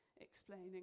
explaining